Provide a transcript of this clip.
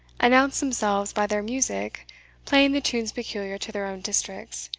announced themselves by their music playing the tunes peculiar to their own districts,